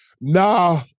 Nah